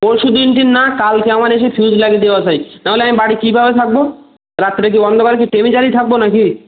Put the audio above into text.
পরশুদিন টিন না কালকে আমার এসে ফিউজ লাগিয়ে দেওয়া চাই না হলে আমি বাড়ি কীভাবে থাকবো রাত্রে কি অন্ধকারে কি টিভি চালিয়ে থাকবো নাকি